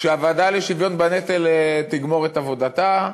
שהוועדה לשוויון בנטל תגמור את עבודתה,